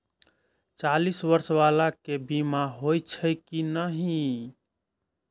चालीस बर्ष बाला के बीमा होई छै कि नहिं?